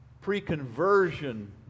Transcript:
pre-conversion